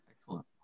Excellent